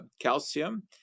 calcium